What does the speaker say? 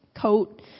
coat